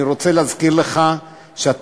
אני רוצה להזכיר לך שאתה,